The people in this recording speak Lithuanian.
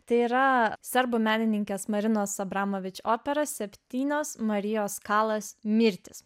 tai yra serbų menininkės marinos abramovič opera septynios marijos kalas mirtys